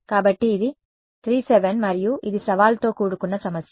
కాబట్టి ఇది 3 7 మరియు ఇది సవాలుతో కూడుకున్న సమస్య